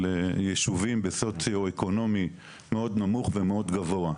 ישובים בסוציואקונומי מאוד נמוך ומאוד גבוה.